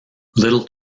little